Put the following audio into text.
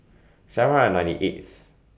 seven and ninety eighth